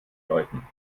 läuten